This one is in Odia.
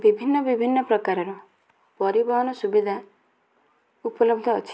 ବିଭିନ୍ନ ବିଭିନ୍ନ ପ୍ରକାରର ପରିବହନ ସୁବିଧା ଉପଲବ୍ଧ ଅଛି